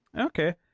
Okay